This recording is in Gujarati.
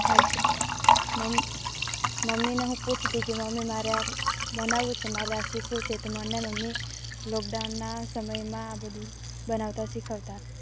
હેલ્પ મમ મમ્મી ને હું પૂછતી મમ્મી મારે આ બનાવું છે મારે આ શીખવું છે તો મને મમ્મી લોકડાઉનના સમયમાં આ બધુ બનાવતા શીખવતા